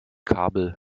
kabel